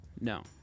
no